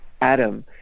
adam